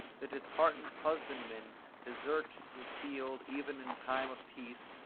the disheartened husbandman desert his field even in time of peace,